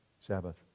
Sabbath